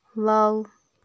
wow